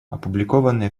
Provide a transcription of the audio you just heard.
опубликованное